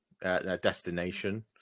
destination